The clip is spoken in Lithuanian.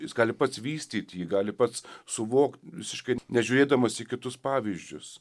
jis gali pats vystyt jį gali pats suvok visiškai nežiūrėdamas į kitus pavyzdžius